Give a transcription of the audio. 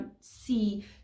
see